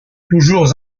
toujours